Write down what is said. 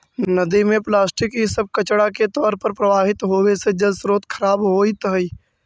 नदि में प्लास्टिक इ सब कचड़ा के तौर पर प्रवाहित होवे से जलस्रोत खराब होइत हई